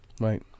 Right